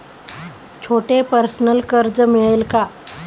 छोटे पर्सनल कर्ज मिळेल का?